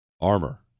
Armor